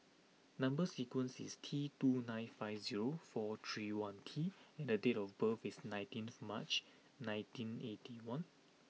number sequence is T two nine five zero four three one T and the date of birth is nineteenth March ninety eighty one